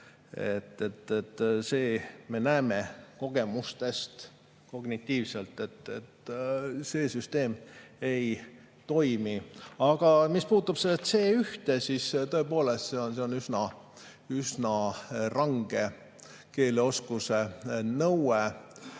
Me näeme kogemustest, kognitiivselt, et see süsteem ei toimi. Aga mis puutub C1, siis tõepoolest, see on üsna range keeleoskuse nõue.